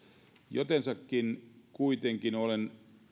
jotensakin kuitenkin olen